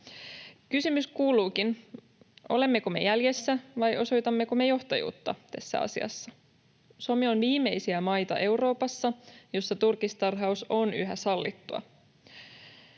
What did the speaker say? Kysymys kuuluukin: olemmeko me jäljessä vai osoitammeko me johtajuutta tässä asiassa? Suomi on Euroopassa viimeisiä maita, jossa turkistarhaus on yhä sallittua.